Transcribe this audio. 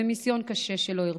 ומיסיון קשה שלא הרפה,